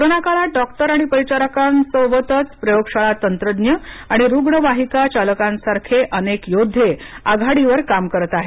कोरोनाकाळात डॉक्टर आणि परिचारिकांबरोबरच प्रयोगशाळा तंत्रज्ञ आणि रुग्णवाहिका चालकांसारखे अनेक योद्वे आघाडीवर काम करत आहेत